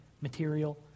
material